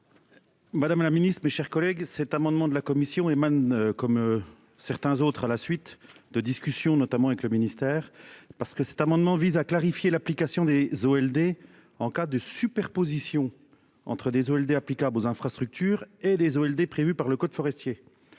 Madame la Ministre, mes chers collègues. Cet amendement de la commission. Comme certains autres. À la suite de discussions notamment avec le ministère parce que cet amendement vise à clarifier l'application des Zolder en cas de superposition entre des Zolder applicable aux infrastructures et des eaux des prévue par le code forestier.